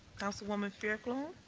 councilwoman fairclough. um